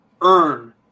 earn